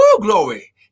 glory